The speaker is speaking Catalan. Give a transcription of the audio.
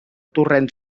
torrent